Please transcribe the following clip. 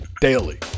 Daily